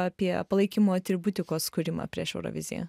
apie palaikymo atributikos kūrimą prieš euroviziją